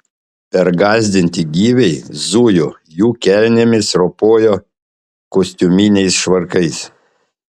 pergąsdinti gyviai zujo jų kelnėmis ropojo kostiuminiais švarkais